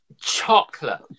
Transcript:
Chocolate